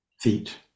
Feet